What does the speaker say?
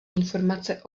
informace